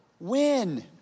Win